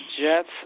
Jets